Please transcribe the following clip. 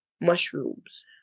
mushrooms